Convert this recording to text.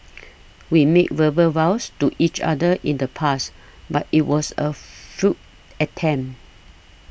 we made verbal vows to each other in the past but it was a futile attempt